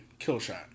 Killshot